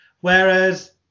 whereas